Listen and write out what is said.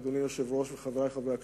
אדוני היושב-ראש וחברי חברי הכנסת,